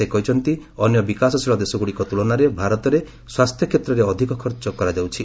ସେ କହିଛନ୍ତି ଅନ୍ୟ ବିକାଶଶୀଳ ଦେଶଗୁଡ଼ିକ ତୁଳନାରେ ଭାରତରେ ସ୍ୱାସ୍ଥ୍ୟକ୍ଷେତ୍ରରେ ଅଧିକ ଖର୍ଚ୍ଚ କରାଯାଉଛି